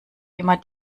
immer